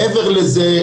מעבר לזה,